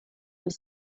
was